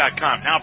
now